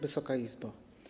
Wysoka Izbo!